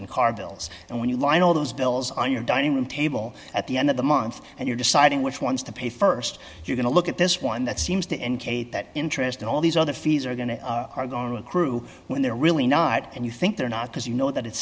and car bills and when you line all those bills on your dining room table at the end of the month and you're deciding which ones to pay st you're going to look at this one dollar that seems to indicate that interest and all these other fees are going to are going to accrue when they're really not and you think they're not because you know that it